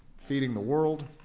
feeding the world,